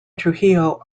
trujillo